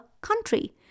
country